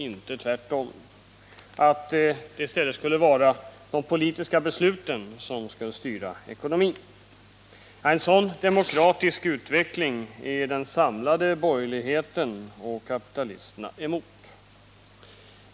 I stället borde de politiska besluten styra ekonomin. En sådan demokratisk utveckling är den samlade borgerligheten och kapitalisterna emot.